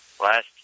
last